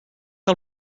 que